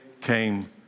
came